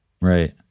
Right